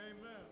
Amen